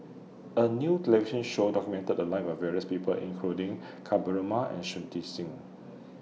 A New television Show documented The Lives of various People including Ka Perumal and Shui Tit Sing